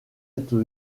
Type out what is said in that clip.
être